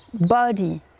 body